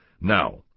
Now